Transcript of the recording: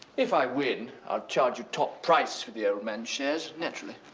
if i win i'll charge you top price for the old man shares naturally.